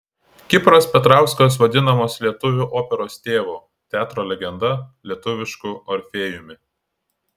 kipras petrauskas vadinamas lietuvių operos tėvu teatro legenda lietuvišku orfėjumi